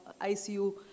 ICU